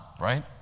right